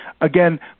Again